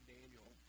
Daniel